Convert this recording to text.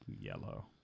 yellow